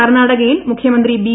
കർണ്ണാടകയിൽ മുഖ്യമന്ത്രി ബി